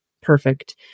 perfect